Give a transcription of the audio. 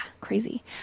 crazy